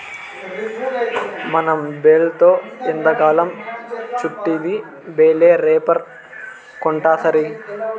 మనం బేల్తో ఎంతకాలం చుట్టిద్ది బేలే రేపర్ కొంటాసరి